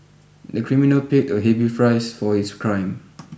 the criminal paid a heavy price for his crime